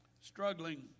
struggling